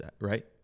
right